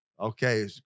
Okay